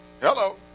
Hello